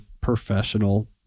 professional